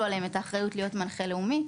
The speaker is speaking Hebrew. עליהם את האחריות להיות מנחה לאומי,